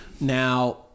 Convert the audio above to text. Now